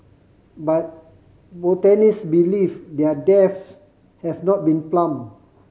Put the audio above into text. but botanist believe their depths have not been plumbed